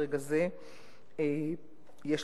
ברגע זה אני מתייחסת ל-2009.